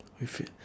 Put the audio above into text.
we feel